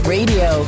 Radio